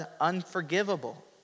unforgivable